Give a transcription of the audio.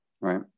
right